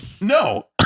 no